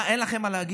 מה, אין לכם מה להגיד?